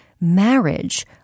marriage –